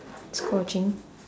s~ watching